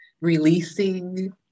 releasing